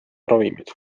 ravimid